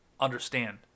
understand